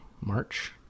March